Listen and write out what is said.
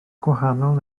gwahanol